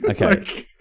Okay